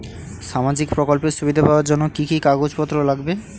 সামাজিক প্রকল্পের সুবিধা পাওয়ার জন্য কি কি কাগজ পত্র লাগবে?